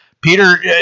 Peter